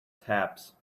tabs